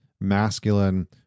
masculine